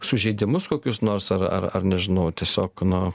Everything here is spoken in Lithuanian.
sužeidimus kokius nors ar ar ar nežinau tiesiog na